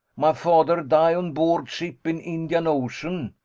my fa'der die on board ship in indian ocean.